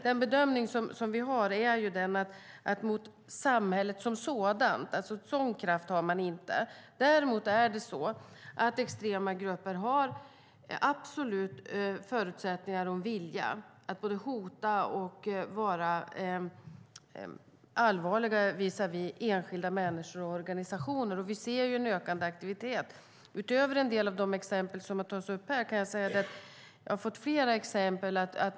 Den bedömning vi har är att man inte har en sådan kraft mot samhället som sådant. Däremot har extrema grupper absolut förutsättningar och en vilja att både hota och vara allvarliga visavi enskilda människor och organisationer. Vi ser en ökande aktivitet. Utöver en del av de exempel som tagits upp här har jag fått flera exempel.